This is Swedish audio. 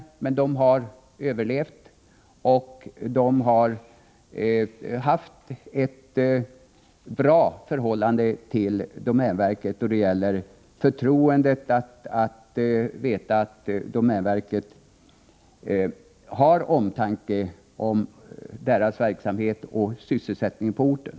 De har över levt, och de har kunnat känna förtroende för domänverkets omtanke om Nr 104 deras verksamhet och om sysselsättningen på orten.